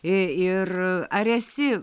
ir ar esi